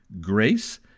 grace